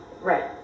right